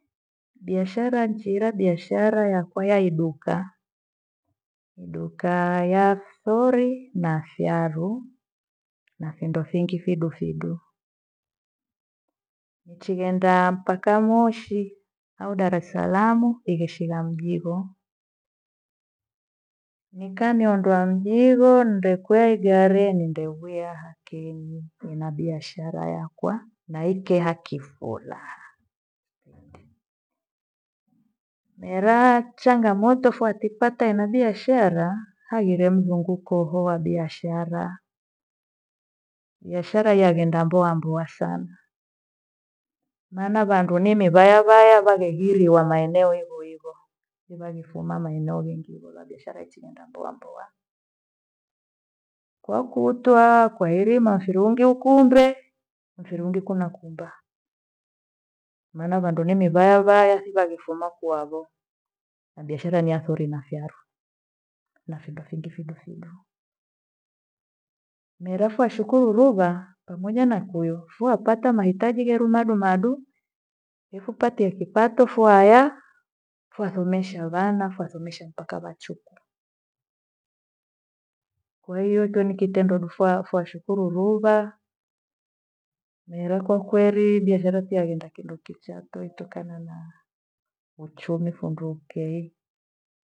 Biashara nchiira biashara yakwa ya iduka. Iduka ya sori na viaru na findo fingi fidu fidu. Nchighenda mpaka moshi au Dar es salaam igheshigha mjigho. Nikamiondoa mjigho ndekwea igari nindewiaha kenyi ena biashara yakwa na ikeha kifula. meraa changamoto fwazipata ena biashara, haghire msunguko- ho wa biashara. Biashara yaghenda mboa mboa sana maana vandu ni nimivaya vaya vaghegiriwa maeneo hivo hivo. Nivagifuma maeneo vengi hivo va biashara echi nenda mboa mboa. Kwakutwa kwairima firungi ukumbe mfirungi kuna kumba maana vandu nimivaya vaya thivagifuma kuwavo na biashara ni ya sori na viaru na findo fingi fidu fidu. Mira fashukuru ruva pamoja na kuyo fwapata mahitaji geru madu madu efupatie kipato fuaya fasomesha vana, fasomesha mpaka wachukuu. Kwahiyo ndo nikitendo dufua fashukuru ruva mira kwa kweri biashara thiagenda kindo kichaa toi tokana na uchumi fundukei